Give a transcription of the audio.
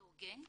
זה הוגן?